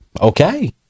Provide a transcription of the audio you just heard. Okay